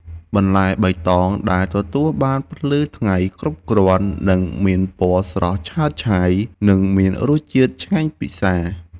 បន្លែបៃតងដែលទទួលបានពន្លឺថ្ងៃគ្រប់គ្រាន់នឹងមានពណ៌ស្រស់ឆើតឆាយ និងមានរសជាតិឆ្ងាញ់ពិសា។